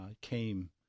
came